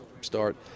start